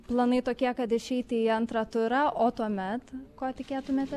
planai tokie kad išeiti į antrą turą o tuomet ko tikėtumėtės